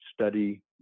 study